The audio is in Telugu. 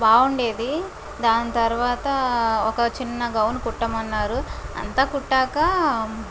బాగుండేది దాని తర్వాత ఒక చిన్న గౌను కుట్టమన్నారు అంతా కుట్టాక